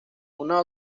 una